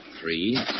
three